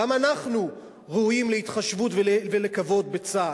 גם אנחנו ראויים להתחשבות ולכבוד בצה"ל.